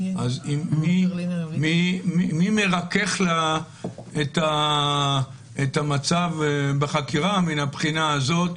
אז מי מרכך לה את מצב בחקירה מן הבחינה הזאת?